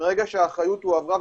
מרגע שהאחריות הועברה,